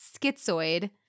schizoid